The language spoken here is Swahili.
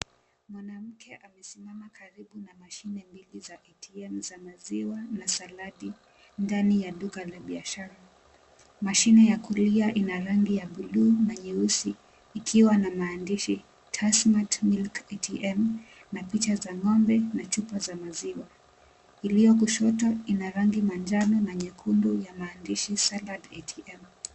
Mwanamke amesimama karibu na mashine mbili za ATM za maziwa na saladi ndani ya duka la biashara. Mashine ya kulia ina rangi ya buluu na nyeusi ikiwa na maandishi TASSMATT MILK ATM na picha za ng'ombe na chupa za maziwa. Ilio kushoto ina rangi manjano na nyekundu ya maandishi Salad ATM .